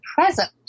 present